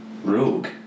Rogue